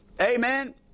amen